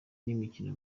n’imikino